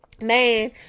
Man